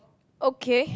okay